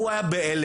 הוא היה בהלם.